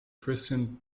christian